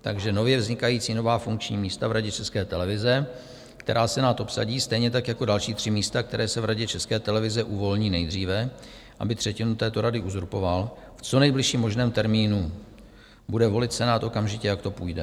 Takže nově vznikající funkční místa v Radě České televize, která Senát obsadí, stejně tak jako další tři místa, která se v Radě České televize uvolní nejdříve, aby třetinu této rady uzurpoval v co nejbližším možném termínu, bude volit Senát okamžitě, jak to půjde.